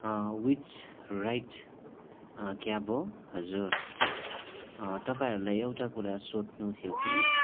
which right कि अब हजुर तपाईँहरूलाई एउटा कुरा सोध्नु थियो कि